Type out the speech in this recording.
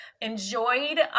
enjoyed